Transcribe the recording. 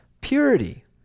purity